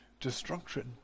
destruction